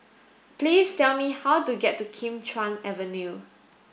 please tell me how to get to Kim Chuan Avenue